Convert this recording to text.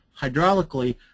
hydraulically